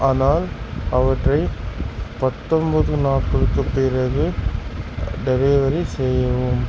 ஆனால் அவற்றை பத்தொன்போது நாட்களுக்கு பிறகு டெலிவரி செய்யவும்